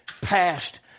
past